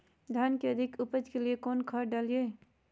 धान के अधिक उपज के लिए कौन खाद डालिय?